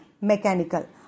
mechanical